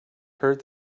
hurt